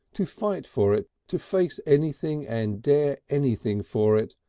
to fight for it, to face anything and dare anything for it,